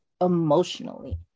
emotionally